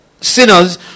sinners